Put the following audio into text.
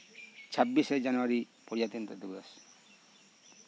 ᱪᱷᱟᱵᱵᱤᱥᱮ ᱡᱟᱱᱩᱭᱟᱨᱤ ᱯᱨᱚᱡᱟᱛᱚᱱᱛᱚᱨᱚ ᱫᱤᱵᱚᱥ